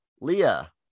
Leah